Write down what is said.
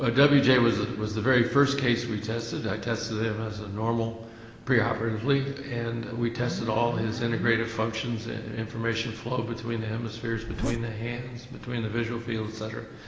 and wj was was the very first case we tested, i tested him as normal pre-operatively and we tested all his integrative functions information flow between hemispheres, between the hands, between the visual fields etc.